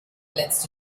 letzte